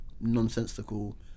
nonsensical